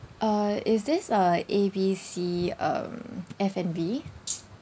uh is this uh A B C uh F&B